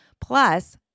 plus